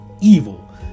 evil